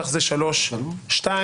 כך זה שלוש שתיים,